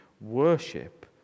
worship